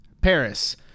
Paris